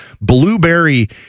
blueberry